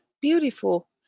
beautiful